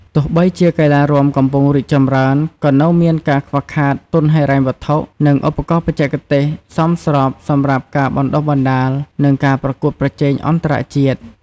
ទោះបីជាកីឡារាំកំពុងរីកចម្រើន ក៏នៅតែមានការខ្វះខាតទុនហិរញ្ញវត្ថុ និងឧបករណ៍បច្ចេកទេសសមស្របសម្រាប់ការបណ្តុះបណ្តាល និងការប្រកួតប្រជែងអន្តរជាតិ។